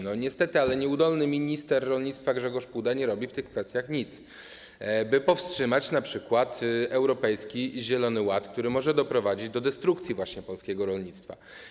Niestety, ale nieudolny minister rolnictwa Grzegorz Puda nie robi w tych kwestiach nic, by powstrzymać np. Europejski Zielony Ład, który może doprowadzić właśnie do destrukcji polskiego rolnictwa.